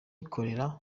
ikorera